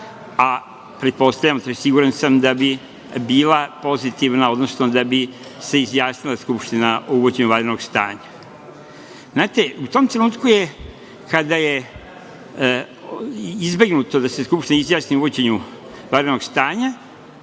a pretpostavljam tj. siguran sam da bi bila pozitivna, odnosno da bi se izjasnila Skupština o uvođenju vanrednog stanja. Znate, u tom trenutku, kada je izbegnuto da se Skupština izjasni o uvođenju vanrednog stanja,